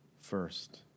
first